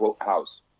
house